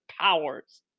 powers